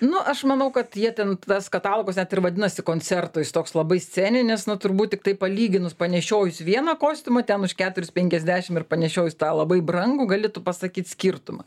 nu aš manau kad jie ten tas katalogas net ir vadinasi koncertų jis toks labai sceninis nu turbūt tiktai palyginus panešiojus vieną kostiumą ten už keturis penkiasdešim ir panešiojus tą labai brangų gali tu pasakyt skirtumą